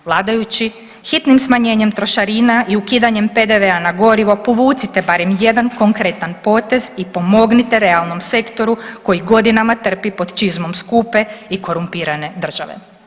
Vladajući hitnim smanjenjem trošarina i ukidanjem PDV-a na gorivo povucite barem jedan konkretan potez i pomognite realnom sektoru koji godinama trpi pod čizmom skupe i korumpirane države.